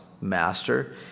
master